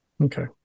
okay